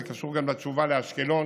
זה קשור גם לתשובה לאשקלון